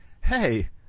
hey –